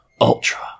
Ultra